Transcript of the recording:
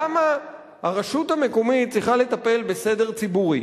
למה הרשות המקומית צריכה לטפל בסדר ציבורי?